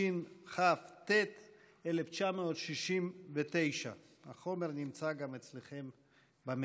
התשכ"ט 1969. החומר נמצא גם אצלכם במייל.